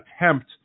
attempt